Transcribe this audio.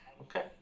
Okay